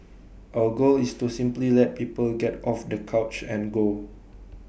our goal is to simply let people get off the couch and go